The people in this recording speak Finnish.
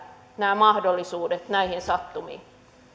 nämä mahdollisuudet näihin sattumiin